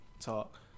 talk